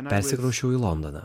persikrausčiau į londoną